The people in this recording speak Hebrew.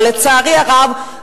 אבל לצערי הרב,